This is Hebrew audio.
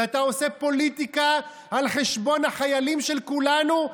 ואתה עושה פוליטיקה על חשבון החיילים של כולנו?